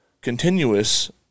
continuous